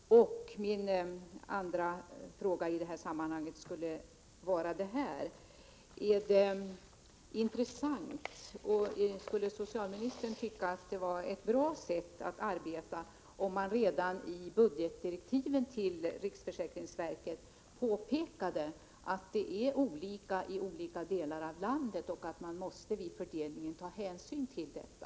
Min andra fråga i detta sammanhang blir: Är det intressant och skulle socialministern tycka att det var ett bra arbetssätt om man redan i budgetdirektiven till riksförsäkringsverket påpekade att förhållandena är olika i olika delar av landet och att man vid fördelningen måste ta hänsyn till detta?